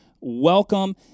welcome